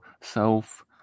self